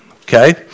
okay